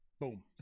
Boom